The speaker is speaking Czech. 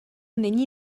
není